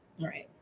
right